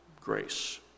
grace